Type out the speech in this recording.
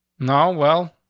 no. well,